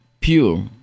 pure